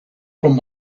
from